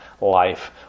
life